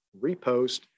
repost